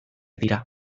dira